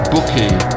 Bookie